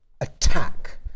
attack